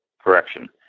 correction